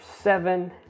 seven